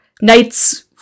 nights